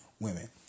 Women